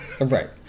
Right